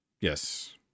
yes